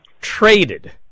traded